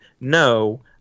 no